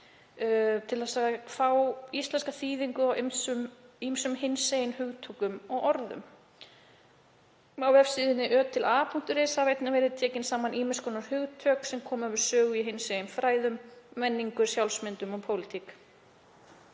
þess að fá íslenska þýðingu á ýmsum hinsegin hugtökum og orðum. Á vefsíðunni frá Ö til A hafa einnig verið tekin saman ýmiss konar hugtök sem koma við sögu í hinsegin fræðum, menningu, sjálfsmynd og pólitík.